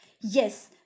Yes